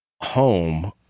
home